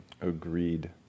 Agreed